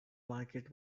market